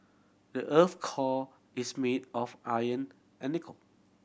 the earth's core is made of iron and nickel